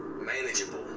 Manageable